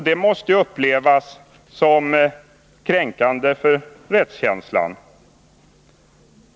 Det måste upplevas som kränkande för rättskänslan.